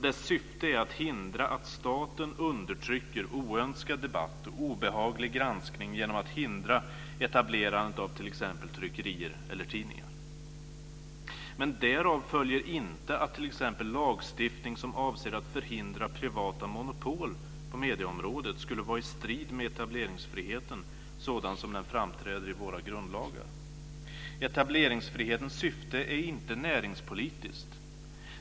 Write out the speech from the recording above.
Dess syfte är att hindra att staten undertrycker oönskad debatt och obehaglig granskning genom att hindra etablerandet av t.ex. tryckerier eller tidningar. Men därav följer inte att t.ex. lagstiftning som avser att förhindra privata monopol på medieområdet skulle vara i strid med etableringsfriheten sådan den framträder i våra grundlagar. Etableringsfrihetens syfte är inte näringspolitiskt.